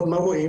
היינו צריכים